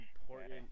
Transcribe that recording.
important